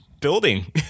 building